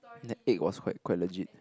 and the egg was quite quite legit